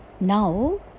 Now